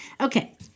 okay